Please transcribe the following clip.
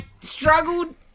struggled